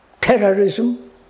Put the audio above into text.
terrorism